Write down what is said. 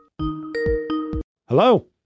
Hello